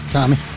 Tommy